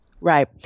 Right